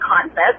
concept